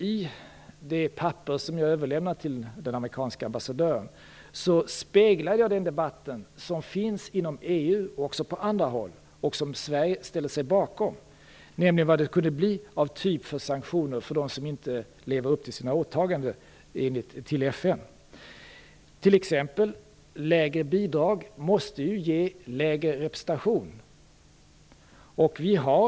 I det papper som jag överlämnat till den amerikanska ambassadören speglade jag den debatt som finns inom EU och på andra håll och som Sverige ställer sig bakom, nämligen debatten om vad det skulle kunna bli för typ av sanktioner för dem som inte lever upp till sina åtaganden gentemot FN. Ett exempel är att lägre bidrag måste medföra lägre representation.